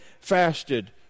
fasted